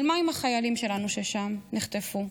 אבל מה עם החיילים שלנו ששם, שנחטפו?